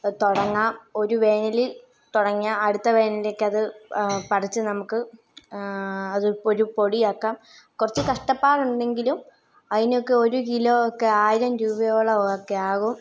തുടങ്ങാം ഒരു വേനലിൽ തുടങ്ങിയാൽ അടുത്ത വേനലിലേക്ക് അത് പറിച്ച് നമുക്ക് അത് ഒരു പൊടിയാക്കാം കുറച്ച് കഷ്ടപ്പാടുണ്ടെങ്കിലും അതിനൊക്കെ ഒരു കിലോ ഒക്കെ ആയിരം രൂപയോളം ഒക്കെ ആകും